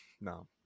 No